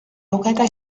lugeda